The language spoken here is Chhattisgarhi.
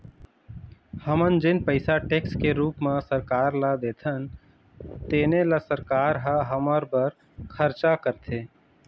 हमन जेन पइसा टेक्स के रूप म सरकार ल देथन तेने ल सरकार ह हमर बर खरचा करथे